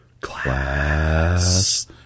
Class